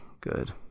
good